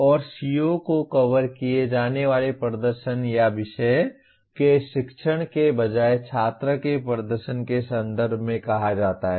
और CO को cover किए जाने वाले प्रदर्शन या विषय के शिक्षण के बजाय छात्र के प्रदर्शन के संदर्भ में कहा जाता है